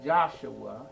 Joshua